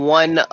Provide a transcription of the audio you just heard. one